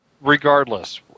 regardless